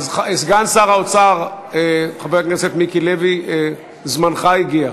סגן שר האוצר, חבר הכנסת מיקי לוי, זמנך הגיע.